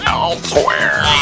elsewhere